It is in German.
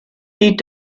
die